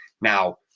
Now